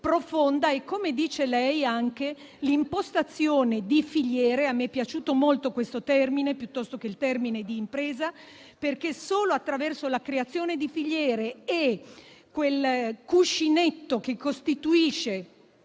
e, come lei dice, anche l'impostazione di filiere. Mi è piaciuto molto questo termine in luogo di quello di imprese, perché solo attraverso la creazione di filiere e quel cuscinetto che costituisce